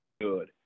good